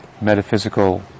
metaphysical